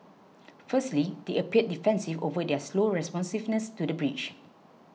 firstly they appeared defensive over their slow responsiveness to the breach